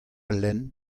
lenn